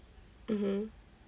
mmhmm